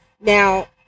Now